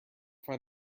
find